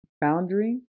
boundary